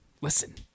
listen